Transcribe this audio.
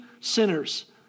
sinners